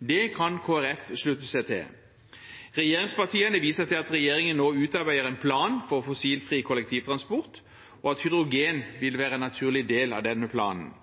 Det kan Kristelig Folkeparti slutte seg til. Regjeringspartiene viser til at regjeringen nå utarbeider en plan for fossilfri kollektivtransport, og at hydrogen vil være en naturlig del av denne planen.